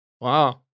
wow